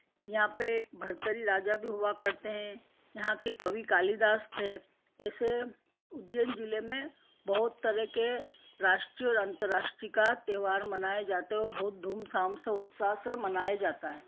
यहाँ पर एक भर्तृहरि राजा भी हुआ करते हैं यहाँ के कवि कालीदास थे ऐसे उज्जैन जिले में बहुत तरह के राष्ट्रीय अंतर्राष्ट्रीय का त्योहार मनाए जाते और बहुत धूम धाम से उत्साह से मनाए जाता है